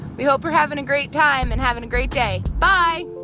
we hope you're having a great time and having a great day. bye